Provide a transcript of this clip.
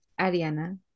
ariana